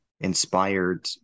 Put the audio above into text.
inspired